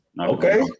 Okay